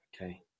Okay